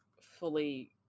fully